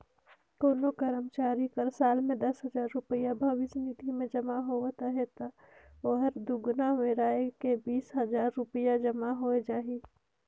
कोनो करमचारी कर साल में दस हजार रूपिया भविस निधि में जमा होवत अहे ता ओहर दुगुना मेराए के बीस हजार रूपिया जमा होए जाही